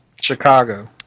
chicago